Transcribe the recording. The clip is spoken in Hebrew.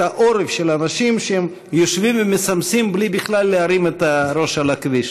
העורף של האנשים שיושבים ומסמסים בלי בכלל להרים את הראש אל הכביש.